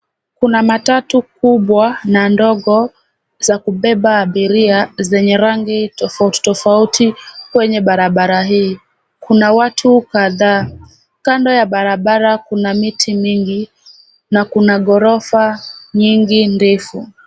Kuna matatu kubwa na ndogo za kubeba abiria zenye rangi tofauti tofauti kwenye barabara hii. Kuna watu kadhaa. Kando ya barabara kuna miti mingi na kuna ghorofa nyingi ndefu.